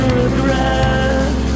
regret